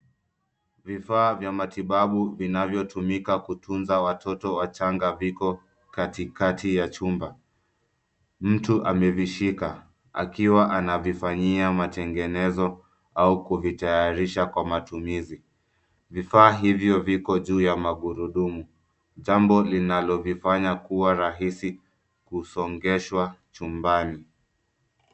Vifaa vya matibabu vinavyotumika kutuza watoto wachanga viko kati kati ya chumba. Mtu amevishika akiwa anavifanyia mategenezo au kuvitatarisha kwa matumizi .Vifaa hivyo viko juu ya magurudumu jambo inalavifanya kuwa rahisi kuvisogesha chumbani.